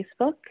Facebook